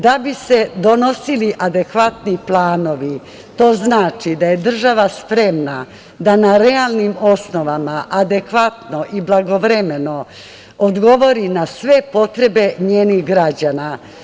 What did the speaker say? Da bi se donosili adekvatni planovi, to znači da je država spremna da na realnim osnovama adekvatno i blagovremeno odgovori na sve potrebe njenih građana.